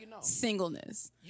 singleness